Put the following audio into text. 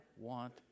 want